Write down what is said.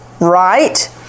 right